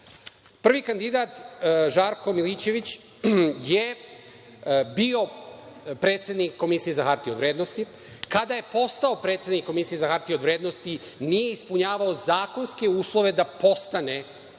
kandidat Žarko Milićević je bio predsednik Komisije za hartije od vrednosti. Kada je postao predsednik Komisije za hartije od vrednosti nije ispunjavao zakonske uslove da postane predsednik